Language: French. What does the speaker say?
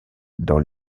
dans